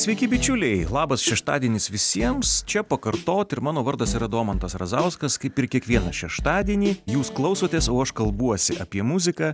sveiki bičiuliai labas šeštadienis visiems čia pakartot ir mano vardas yra domantas razauskas kaip ir kiekvieną šeštadienį jūs klausotės o aš kalbuosi apie muziką